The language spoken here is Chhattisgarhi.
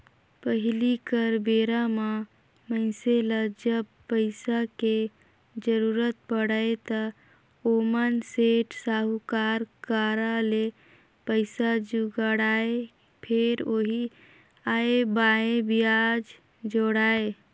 पहिली कर बेरा म मइनसे ल जब पइसा के जरुरत पड़य त ओमन सेठ, साहूकार करा ले पइसा जुगाड़य, फेर ओही आंए बांए बियाज जोड़य